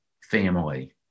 family